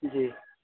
جی